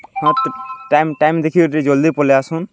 ହଁ time time ଦେଖିକରି ଟିକେ ଜଲ୍ଦି ପଲେଇ ଆସନ୍